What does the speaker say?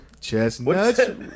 Chestnut